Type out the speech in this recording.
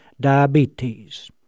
diabetes